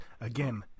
again